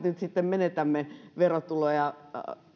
nyt sitten menetämme verotuloja